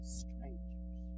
strangers